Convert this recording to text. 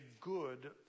good